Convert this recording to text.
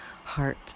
heart